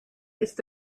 ist